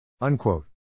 Unquote